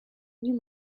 new